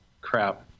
Crap